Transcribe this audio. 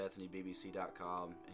BethanyBBC.com